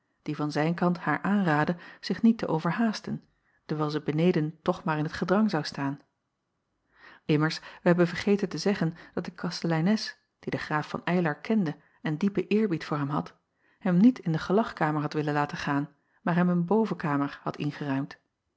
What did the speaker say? die van zijn kant haar aanraadde zich niet te overhaasten dewijl zij beneden toch maar in t gedrang zou staan mmers wij hebben acob van ennep laasje evenster delen vergeten te zeggen dat de kasteleines die den raaf van ylar kende en diepen eerbied voor hem had hem niet in de gelagkamer had willen laten gaan maar hem een bovenkamer had ingeruimd